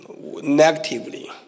negatively